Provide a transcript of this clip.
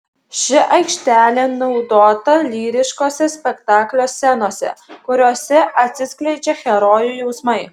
ši aikštelė naudota lyriškose spektaklio scenose kuriose atsiskleidžia herojų jausmai